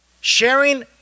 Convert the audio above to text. sharing